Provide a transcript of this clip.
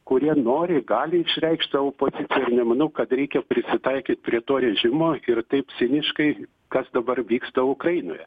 kurie nori gali išreikšt savo poziciją ir nemanau kad reikia prisitaikyt prie to režimo ir taip ciniškai kas dabar vyksta ukrainoje